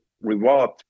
reward